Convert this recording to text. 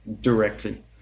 directly